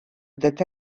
that